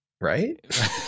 Right